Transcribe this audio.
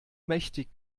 mächtig